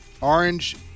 Orange